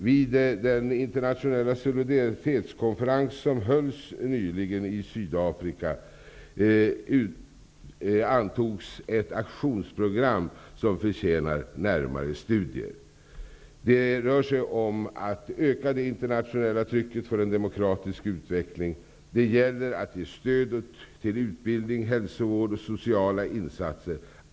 Vid den internationella solidaritetskonferens som hölls nyligen i Sydafrika antogs ett aktionsprogram som förtjänar närmare studier. Det rör sig om att öka det internationella trycket för en demokratisk utveckling. Det gäller att ge stöd till utbildning, hälsovård och sociala insatser.